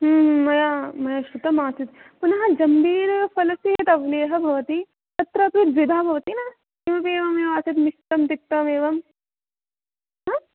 मया मया श्रुतमासीत् पुनः जम्बीरफलस्य यत् अवलेह् भवति तत्र तु द्विधा भवति ना किमपि एवमेव आसीत् मिक्तं तिक्तं एवम्